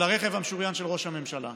על הרכב המשוריין של ראש הממשלה.